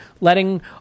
letting